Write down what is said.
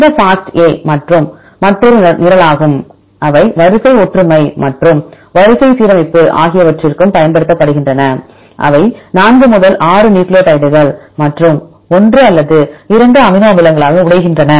இந்த ஃபாஸ்டா மற்றொரு நிரலாகும் அவை வரிசை ஒற்றுமை மற்றும் வரிசை சீரமைப்பு ஆகியவற்றிற்கும் பயன்படுத்துகின்றன அவை 4 முதல் 6 நியூக்ளியோடைடுகள் மற்றும் 1 அல்லது 2 அமினோ அமிலங்களாக உடைக்கின்றன